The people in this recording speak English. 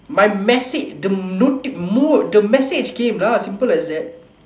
my message the noti~ mood the message came lah simple as that